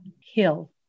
hill